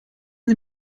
sie